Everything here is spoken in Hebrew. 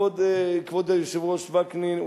כבוד היושב-ראש וקנין,